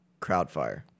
Crowdfire